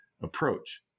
approach